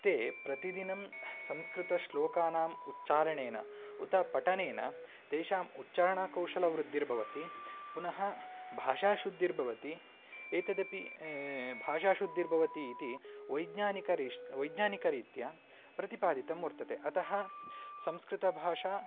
ते प्रतिदिनं संस्कृतश्लोकानाम् उच्चारणेन उत पठनेन तेषाम् उच्चारणकौशलवृद्धिर्भवति पुनः भाषाशुद्धिर्भवति एतदपि भाषाशुद्धिर्भवति इति वैज्ञानिकरीत्या वैज्ञानिकरीत्या प्रतिपादितं वर्तते अतः संस्कृतभाषा